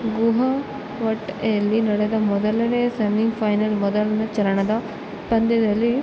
ಗುಹಾವಟ್ ಎಲ್ಲಿ ನಡೆದ ಮೊದಲನೆಯ ಸೆಮಿಫೈನಲ್ ಮೊದಲನೆ ಚರಣದ ಪಂದ್ಯದಲ್ಲಿ